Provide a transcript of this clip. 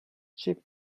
cheap